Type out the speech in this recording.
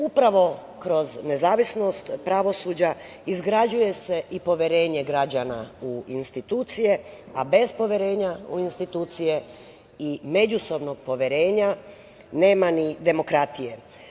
Upravo kroz nezavisnost pravosuđa izgrađuje se i poverenje građana u institucije, a bez poverenja u institucije i međusobnog poverenja, nema ni demokratije.